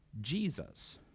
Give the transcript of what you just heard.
Jesus